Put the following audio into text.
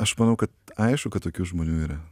aš manau kad aišku kad tokių žmonių yra